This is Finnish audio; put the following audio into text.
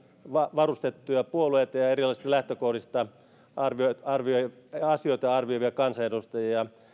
varustettuja puolueita ja erilaisista lähtökohdista asioita arvioivia kansanedustajia